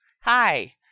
Hi